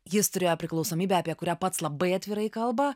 jis turėjo priklausomybę apie kurią pats labai atvirai kalba